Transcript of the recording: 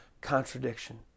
contradiction